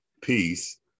peace